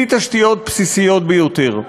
בלי תשתיות בסיסיות ביותר.